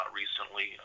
recently